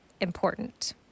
important